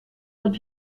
wird